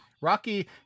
Rocky